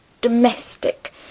domestic